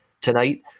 tonight